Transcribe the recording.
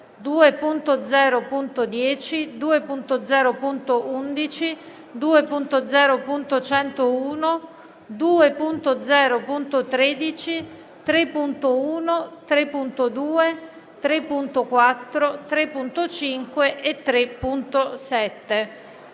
2.0.10, 2.0.11, 2.0.101, 2.0.13, 3.1, 3.2, 3.4, 3.5 e 3.7.